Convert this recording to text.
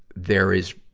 there is